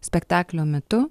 spektaklio metu